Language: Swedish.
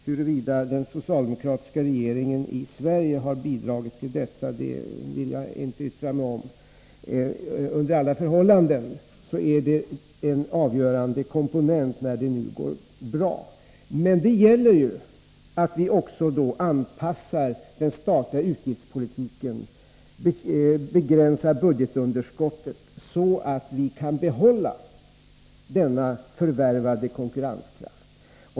Huruvida den socialdemokratiska regeringen i Sverige har bidragit till detta förhållande, vill jag inte yttra mig om. Under alla förhållanden är det en avgörande komponent, när det nu går bra. Det gäller nu att vi anpassar den statliga utgiftspolitiken och begränsar budgetunderskottet så att vi kan behålla den förvärvade konkurrenskraften.